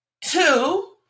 two